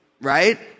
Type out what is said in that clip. right